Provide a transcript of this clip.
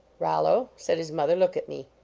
rollo, said his mother, look at me.